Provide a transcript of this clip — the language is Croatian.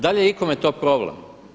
Da li je ikome to problem?